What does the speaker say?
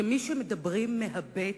כמי שמדברים מהבטן,